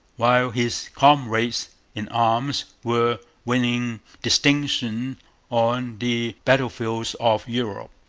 while his comrades in arms were winning distinction on the battlefields of europe.